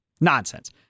Nonsense